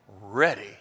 ready